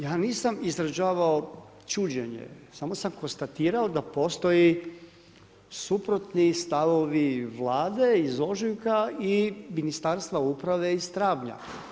Ja nisam izražavao čuđenje, samo sam konstatirao da postoje suprotni stavovi Vlade iz ožujka i Ministarstva uprave iz travnja.